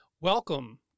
Welcome